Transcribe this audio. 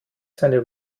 seine